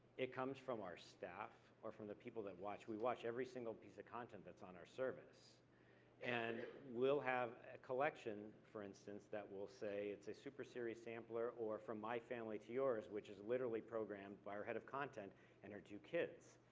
it comes from our staff, or from the that watch. we watch every single piece of content that's on our service and we'll have a collection, for instance, that will say it's a super series sampler, or from my family to yours, which is literally programmed by our head of content and her two kids.